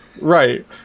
Right